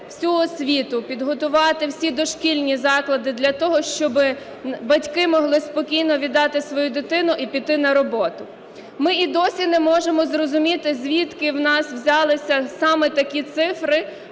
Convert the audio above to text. всю освіту, підготувати всі дошкільні заклади для того, щоб батьки могли спокійно віддати свою дитину і піти на роботу. Ми і досі не можемо зрозуміти, звідки в нас взялися саме такі цифри,